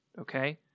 okay